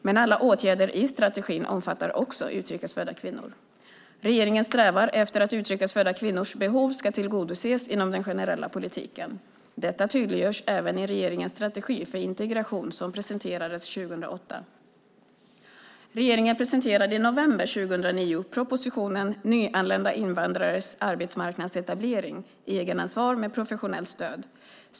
Men alla åtgärder i strategin omfattar också utrikes födda kvinnor. Regeringen strävar efter att utrikes födda kvinnors behov ska tillgodoses inom den generella politiken. Detta tydliggörs även i regeringens strategi för integration som presenterades 2008. Regeringen presenterade i november 2009 propositionen Nyanlända invandrares arbetsmarknadsetablering - egenansvar med professionellt stöd .